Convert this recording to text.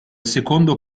secondo